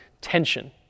tension